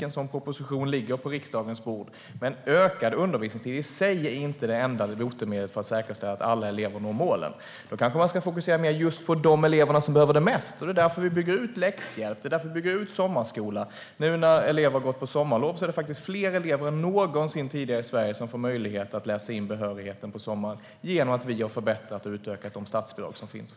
En sådan proposition ligger på riksdagens bord. Men ökad undervisningstid i sig är inte det enda botemedlet för att säkerställa att alla elever når målen. Man kanske ska fokusera mer på de elever som behöver hjälp mest, och det är därför vi bygger ut läxhjälp och sommarskola. Nu när eleverna har gått på sommarlov är det faktiskt fler elever än någonsin tidigare i Sverige som får möjlighet att läsa in behörigheten på sommaren, eftersom vi har förbättrat och utökat statsbidragen för detta.